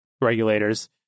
regulators